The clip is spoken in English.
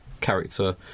character